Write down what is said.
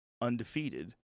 undefeated